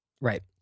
Right